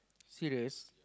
serious